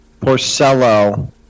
Porcello